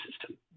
system